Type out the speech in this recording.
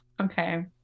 Okay